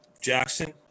Jackson